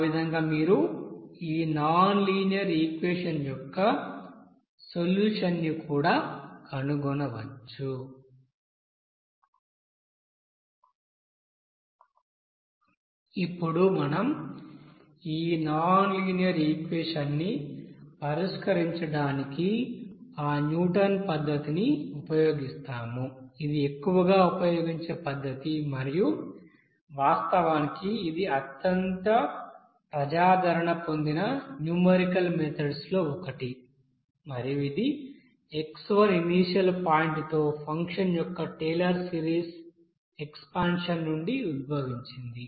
ఆ విధంగా మీరు ఈ నాన్ లీనియర్ ఈక్వెషన్ యొక్క సొల్యూషన్ ని కూడా కనుగొనవచ్చు ఇప్పుడు మనం ఈ నాన్ లీనియర్ ఈక్వెషన్ ని పరిష్కరించడానికి ఆ న్యూటన్ పద్ధతిని ఉపయోగిస్తాము ఇది ఎక్కువగా ఉపయోగించే పద్ధతి మరియు వాస్తవానికి ఇది అత్యంత ప్రజాదరణ పొందిన స్యూమెరికల్ మెథడ్స్ లో ఒకటి మరియు ఇది x1 ఇనీషియల్ పాయింట్ తో ఫంక్షన్ యొక్క టేలర్ సిరీస్ ఎక్సపాన్షన్ నుండి ఉద్భవించింది